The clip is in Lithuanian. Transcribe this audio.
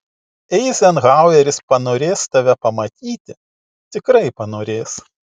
eizenhaueris panorės tave pamatyti tikrai panorės